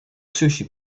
sushi